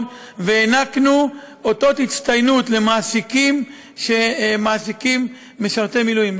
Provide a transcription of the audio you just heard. והענקנו אותות הצטיינות למעסיקים משרתי מילואים.